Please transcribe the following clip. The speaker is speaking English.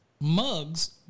mugs